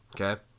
okay